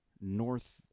North